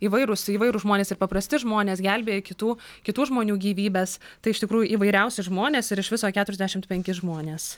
įvairūs įvairūs žmonės ir paprasti žmonės gelbėję kitų kitų žmonių gyvybes tai iš tikrųjų įvairiausi žmonės ir iš viso keturiasdešimt penki žmonės